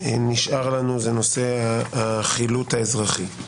שנשאר לנו זה נושא החילוט האזרחי.